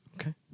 Okay